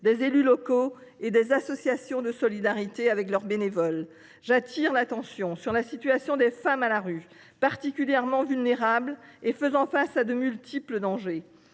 des élus locaux et des associations de solidarité et de leurs bénévoles. J’attire l’attention sur la situation des femmes à la rue, particulièrement vulnérables et faisant face à de multiples dangers.